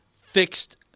fixed